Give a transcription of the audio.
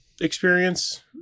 experience